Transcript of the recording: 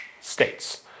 states